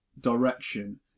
direction